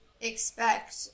expect